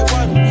one